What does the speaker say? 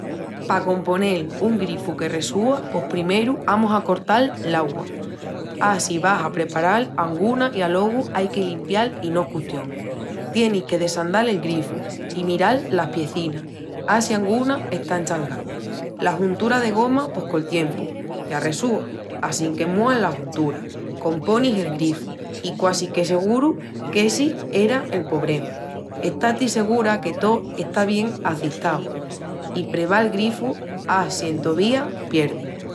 Pa componel un grifu que resúa pos primeru amus a cortal l'augua, a si vas a preparal anguna i alogu ai que limpial i no es custión. Tienis que desandal el grifu i miral las piecinas á si anguna está eschangá. La juntura de goma pos col tiempu ya resúa assinque muas la juntura, componis el grifu i quasi que seguru qu'essi era el pobrema. Esta-ti segura que tó está bien acistau i preva'l grifu á si entovía pierdi.